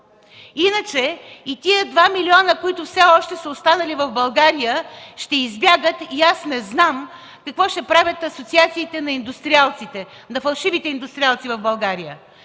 Иначе и тези два милиона, които все още са останали в България, ще избягат и аз не знам какво ще правят асоциациите на индустриалците, на фалшивите индустриалци в България,